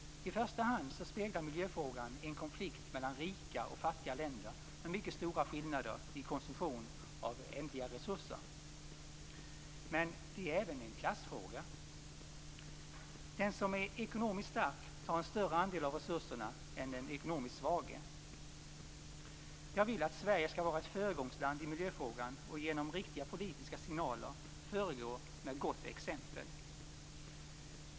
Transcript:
I första hand speglar miljöfrågan en konflikt mellan rika och fattiga länder med mycket stora skillnader i konsumtion av ändliga resurser. Men den är även en klassfråga. Den som är ekonomiskt stark tar en större andel av resurserna än den ekonomiskt svage. Jag vill att Sverige skall vara ett föregångsland i miljöfrågan och genom riktiga politiska signaler föregå med gott exempel.